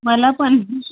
मला पण